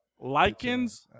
Lichens